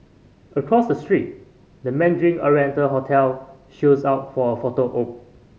across the street the Mandarin Oriental hotel shows up for a photo op